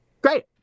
Great